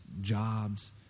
jobs